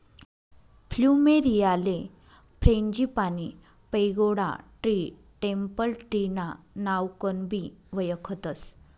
फ्लुमेरीयाले frangipani, pagoda tree, temple tree ना नावकनबी वयखतस